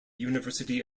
university